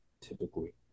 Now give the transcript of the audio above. typically